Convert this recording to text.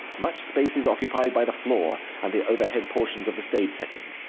much space is occupied by the floor and the overhead portions of the stage setting.